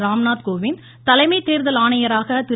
ராம்நாத் கோவிந்த் தலைமை தேர்தல் ஆணையராக திரு